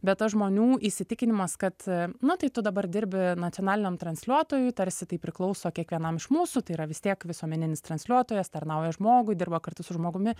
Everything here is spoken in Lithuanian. bet tas žmonių įsitikinimas kad na tai tu dabar dirbi nacionaliniam transliuotojui tarsi tai priklauso kiekvienam iš mūsų tai yra vis tiek visuomeninis transliuotojas tarnauja žmogui dirba kartu su žmogumi